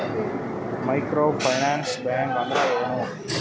Micro finance bank ಅಂದ್ರ ಏನು?